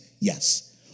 Yes